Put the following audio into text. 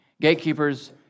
gatekeepers